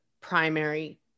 primary